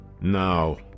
Now